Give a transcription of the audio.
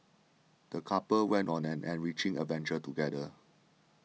the couple went on an enriching adventure together